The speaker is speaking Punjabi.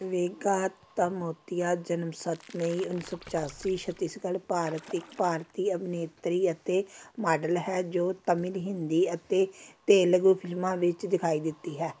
ਵੇਗਾ ਤਮੋਤੀਆ ਜਨਮ ਸੱਤ ਮਈ ਉੱਨੀ ਸੌ ਪਚਾਸੀ ਛੱਤੀਸਗੜ੍ਹ ਭਾਰਤ ਇੱਕ ਭਾਰਤੀ ਅਭਿਨੇਤਰੀ ਅਤੇ ਮਾਡਲ ਹੈ ਜੋ ਤਮਿਲ ਹਿੰਦੀ ਅਤੇ ਤੇਲਗੂ ਫ਼ਿਲਮਾਂ ਵਿੱਚ ਦਿਖਾਈ ਦਿੱਤੀ ਹੈ